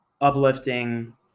uplifting